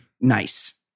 Nice